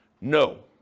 No